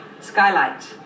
Skylight